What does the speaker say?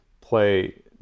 play